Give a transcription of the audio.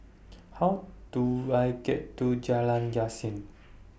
How Do I get to Jalan Yasin